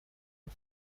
los